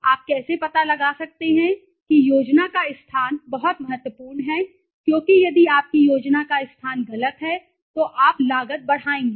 आप कैसे पता लगा सकते हैं कि योजना का स्थान बहुत महत्वपूर्ण है क्योंकि यदि आपकी योजना का स्थान गलत है तो आप लागत बढ़ाएँगे